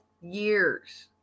years